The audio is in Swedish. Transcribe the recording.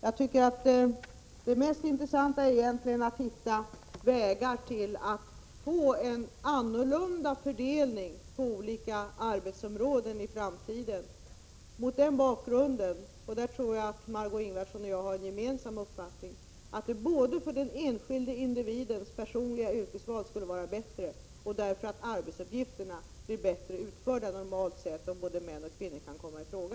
Jag tycker att det mest intressanta egentligen är att hitta vägar till att få en annan fördelning på olika arbetsområden i framtiden, både därför att — och där tror jag att Margö Ingvardsson och jag har en gemensam uppfattning — det skulle vara bättre för den enskilde individens personliga yrkesval och därför att arbetsuppgifterna normalt sett blir bättre utförda, om både män och kvinnor kan komma i fråga.